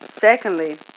Secondly